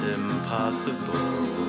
impossible